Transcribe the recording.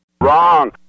wrong